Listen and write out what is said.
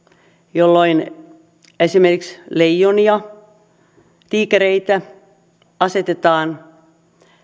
jolloin esimerkiksi leijonia tiikereitä asetetaan